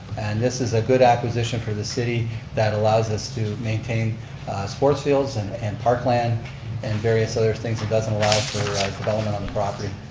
and this is a good acquisition for the city that allows us to maintain sports fields and and park land and various other things that doesn't allow for development on the property.